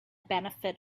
benefit